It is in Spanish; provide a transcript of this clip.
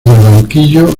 banquillo